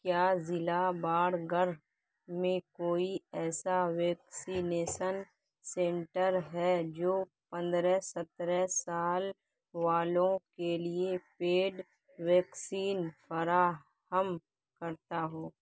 کیا ضلع باڑ گڑھ میں کوئی ایسا ویکسینیسن سنٹر ہے جو پندرہ سترہ سال والوں کے لیے پیڈ ویکسین فرا ہم کرتا ہو